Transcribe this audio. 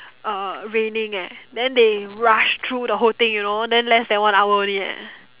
uh raining eh then they rush through the whole thing you know then less than one hour only eh